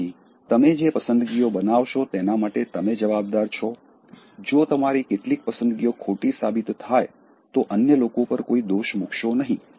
તેથી તમે જે પસંદગીઓ બનાવશો તેના માટે તમે જવાબદાર છો જો તમારી કેટલીક પસંદગીઓ ખોટી સાબિત થાય તો અન્ય લોકો પર કોઈ દોષ મૂકશો નહીં